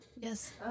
Yes